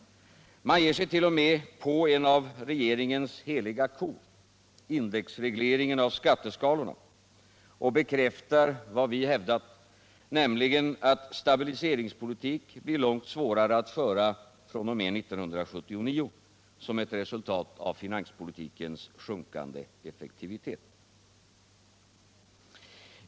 Man ger sig t.o.m. på en av regeringens heliga kor, indexregleringen av skatteskalorna, och bekräftar vad vi hävdat, nämligen att stabiliseringspolitik blir långt svårare att föra fr.o.m. 1979, som ett resultat av finanspolitikens sjunkande effektivitet.